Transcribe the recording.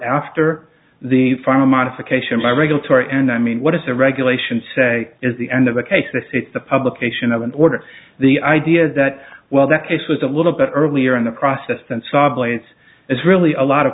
after the final modification by regulatory and i mean what is the regulation say is the end of the case if it's the publication of an order the idea that well that case was a little bit earlier in the process than saw blades as really a lot of